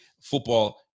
football